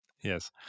Yes